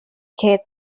kit